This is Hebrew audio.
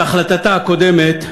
בהחלטתה הקודמת,